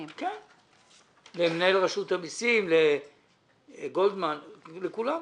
למנהל לרשות המסים, לגולדמן, לכולם.